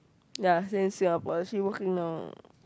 ya still in Singapore she working now